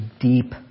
deep